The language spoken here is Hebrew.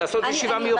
לעשות ישיבה מיוחדת.